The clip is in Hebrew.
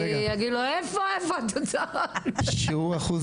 שיעור אחוז